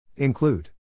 Include